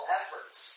efforts